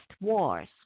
wars